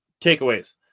takeaways